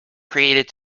created